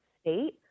state